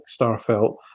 Starfelt